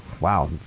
wow